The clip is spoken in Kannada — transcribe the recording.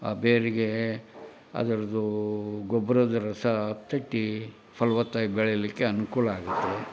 ಆ ಬೇರಿಗೆ ಅದರದ್ದು ಗೊಬ್ರದ ರಸ ತಟ್ಟಿ ಫಲವತ್ತಾಗಿ ಬೆಳೀಲಿಕ್ಕೆ ಅನುಕೂಲ ಆಗತ್ತೆ